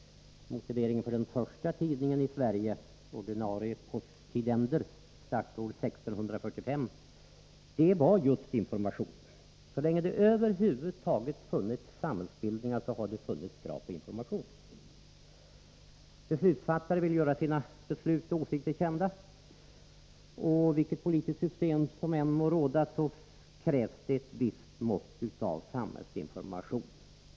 Motiveringen för den första tidningen här i Sverige — Ordinari Post Tijdender —, som startade år 1645, var just information. Så länge det över huvud taget funnits samhällsbildningar har det funnits krav på information. Beslutsfattare vill göra sina beslut och åsikter kända. Vilket politiskt system som än må råda krävs det ett visst mått av samhällsinformation.